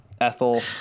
Ethel